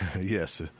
Yes